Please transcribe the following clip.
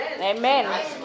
Amen